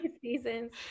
seasons